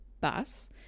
bus